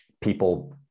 people